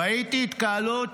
ראיתי התקהלות